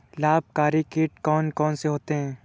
लाभकारी कीट कौन कौन से होते हैं?